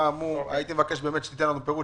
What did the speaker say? הייתי מבקש שתיתן לנו פירוט,